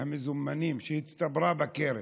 המזומנים שהצטברה בקרן,